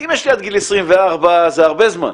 אם יש לי עד גיל 24 זה הרבה זמן,